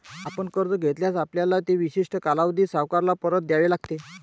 आपण कर्ज घेतल्यास, आपल्याला ते विशिष्ट कालावधीत सावकाराला परत द्यावे लागेल